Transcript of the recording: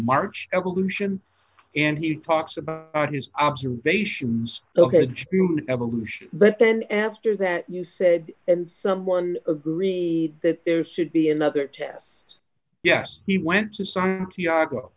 march evolution and he talks about his observations ok evolution but then after that you said and someone agree that there should be another test yes he went to s